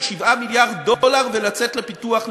7 מיליארד דולר ולצאת לפיתוח "לווייתן".